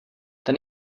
ten